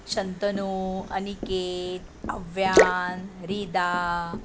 Shantanu Aniket Avyan Rida